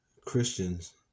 Christians